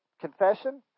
confession